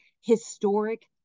historic